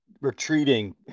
retreating